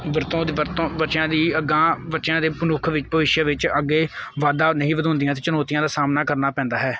ਵਰਤੋਂ ਦੀ ਵਰਤੋਂ ਬੱਚਿਆਂ ਦੀ ਅਗਾਂਹ ਬੱਚਿਆਂ ਦੇ ਭਵਿਸ਼ਅ ਵਿੱਚ ਅੱਗੇ ਵਾਧਾ ਨਹੀਂ ਵਧਾਉਂਦੀਆਂ ਅਤੇ ਚੁਣੌਤੀਆਂ ਦਾ ਸਾਹਮਣਾ ਕਰਨਾ ਪੈਂਦਾ ਹੈ